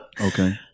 Okay